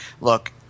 look